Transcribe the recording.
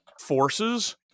forces